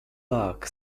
luck